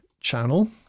channel